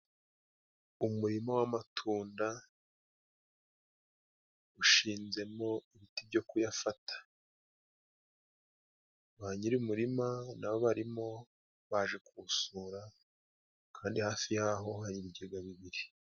Umurima w'amatunda ushinzemo ibiti byo kuyafata. Ba nyir'umurima nabo barimo baje kuwusura, kandi hafi yaho hari ibigega bibiri.